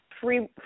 free